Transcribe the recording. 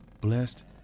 blessed